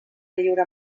lliure